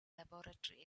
laboratory